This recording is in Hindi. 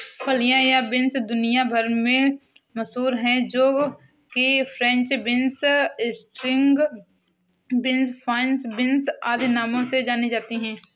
फलियां या बींस दुनिया भर में मशहूर है जो कि French beans, string beans, fine beans आदि नामों से जानी जाती है